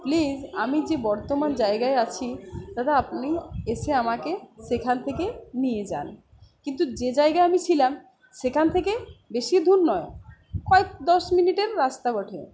please আমি যে বর্তমান জায়গায় আছি দাদা আপনি এসে আমাকে সেখান থেকে নিয়ে যান কিন্তু যে জায়গায় আমি ছিলাম সেখান থেকে বেশি দূর নয় কয়েক দশ মিনিটের রাস্তা বটে